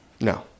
No